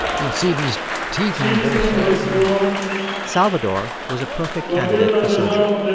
you'd see these teeth on both sides salvador was a perfect candidate for surgery,